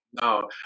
No